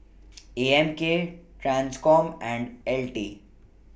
A M K TRANSCOM and L T